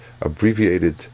abbreviated